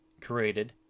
created